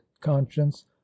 conscience